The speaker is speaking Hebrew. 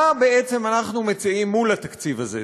מה בעצם אנחנו מציעים מול התקציב הזה,